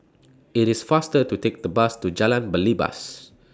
IT IS faster to Take The Bus to Jalan Belibas